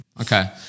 Okay